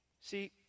See